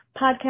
podcast